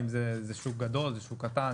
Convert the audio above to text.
האם זה שוק גדול, זה שוק קטן?